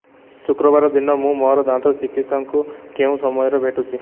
ଶୁକ୍ରବାର ଦିନ ମୁଁ ମୋର ଦାନ୍ତ ଚିକିତ୍ସଙ୍କୁ କେଉଁ ସମୟରେ ଭେଟୁଛି